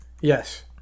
Yes